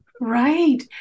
Right